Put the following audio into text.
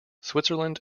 switzerland